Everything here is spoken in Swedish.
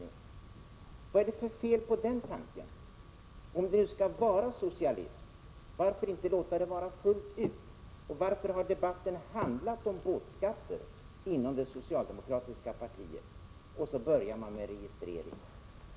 Vad är det för fel på den tanken? Varför inte låta det vara socialism fullt ut, om det nu skall vara socialism? Varför har debatten inom det socialdemokratiska partiet handlat om båtskatter, när man nu börjar med en registrering?